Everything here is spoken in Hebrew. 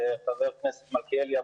לחבר הכנסת מלכיאלי,